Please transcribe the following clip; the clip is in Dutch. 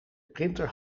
printer